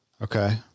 Okay